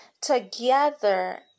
together